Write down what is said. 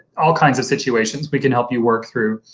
all kinds of situations, we can help you work through.